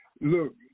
Look